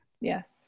Yes